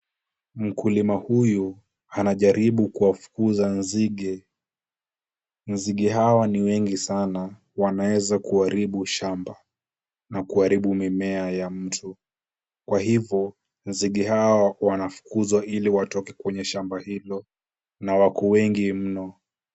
Mkulima huyu anajaribu kuwafukuza nzige. Nzige hawa ni wengi sana, wanaweza kuharibu shamba na kuharibu mimea ya mtu. Kwa hivo nzige hawa wanafukuzwa ili watoke kwenye shamba hilo na wako wengi mno.